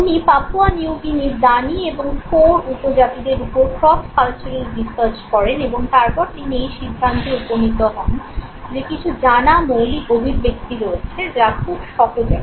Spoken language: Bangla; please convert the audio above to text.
উনি পাপুয়া নিউগিনির দানি এবং ফোর উপজাতিদের উপর ক্রস কালচারাল রিসার্চ করেন এবং তারপর তিনি এই সিদ্ধান্তে উপনীত হন যে কিছু জানা মৌলিক অভিব্যক্তি রয়েছে যা খুব সহজাত